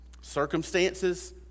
Circumstances